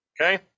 okay